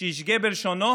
שישגה בלשונו